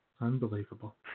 Unbelievable